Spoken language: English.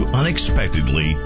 unexpectedly